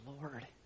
Lord